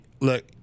look